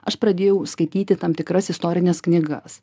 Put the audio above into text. aš pradėjau skaityti tam tikras istorines knygas